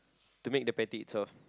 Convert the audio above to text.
to make the patty itself